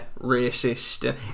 racist